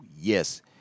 Yes